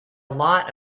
lot